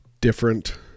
different